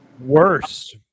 Worse